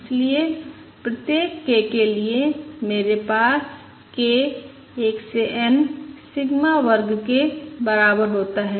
इसलिए प्रत्येक k के लिए मेरे पास k 1 से n सिग्मा वर्ग के बराबर होता है